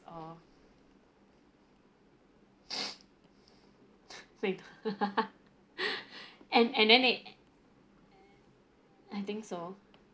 orh same and and then it I think so